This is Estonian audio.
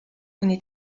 kuni